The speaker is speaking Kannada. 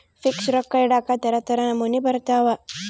ಫಿಕ್ಸ್ ರೊಕ್ಕ ಇಡಾಕ ತರ ತರ ನಮೂನಿ ಬರತವ